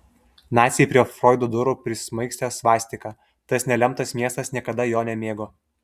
naciai prie froido durų prismaigstė svastiką tas nelemtas miestas niekada jo nemėgo